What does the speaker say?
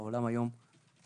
העולם היום משתנה,